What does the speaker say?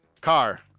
Car